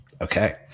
Okay